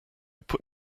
put